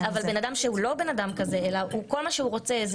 בן אדם שהוא לא בן אדם כזה אלא כל מה שהוא רוצה זה